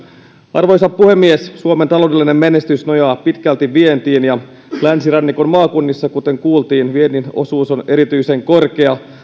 arvoisa puhemies suomen taloudellinen menestys nojaa pitkälti vientiin ja länsirannikon maakunnissa kuten kuultiin viennin osuus on erityisen korkea